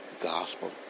gospel